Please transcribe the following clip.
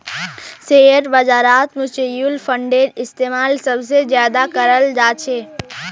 share बाजारत mutual फंडेर इस्तेमाल सबसे ज्यादा कराल जा छे